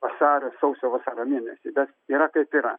vasario sausio vasario mėnesį bet yra kaip yra